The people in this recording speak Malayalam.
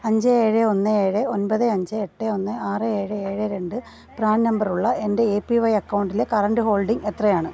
അഞ്ച് ഏഴ് ഒന്ന് ഏഴ് ഒൻപത് അഞ്ച് എട്ട് ഒന്ന് ആറ് ഏഴ് ഏഴ് രണ്ട് പ്രാൻ നമ്പറുള്ള എൻ്റെ എ പി വൈ അക്കൗണ്ടിലെ കറൻ്റ് ഹോൾഡിംഗ് എത്രയാണ്